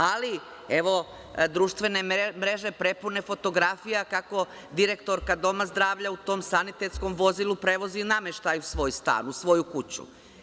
Ali, evo, društvene mreže prepune fotografija kako direktora doma zdravlja u tom sanitetskom vozilu prevozi nameštaj u svoj stan, u svoju kuću.